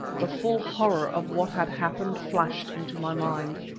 the full horror of what had happened flashed into my mind.